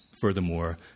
furthermore